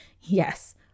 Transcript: Yes